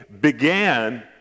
began